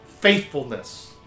faithfulness